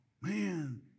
man